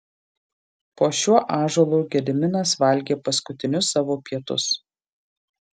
po šiuo ąžuolu gediminas valgė paskutinius savo pietus